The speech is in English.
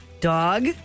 dog